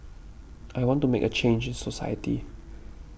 I want to make a change society